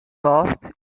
tossed